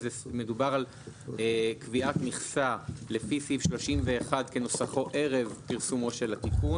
מדובר על קביעת מכסה לפי סעיף 31 כנוסחו ערב פרסומו של התיקון,